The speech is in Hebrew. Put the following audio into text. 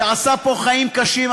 שעשה פה חיים קשים,